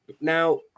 Now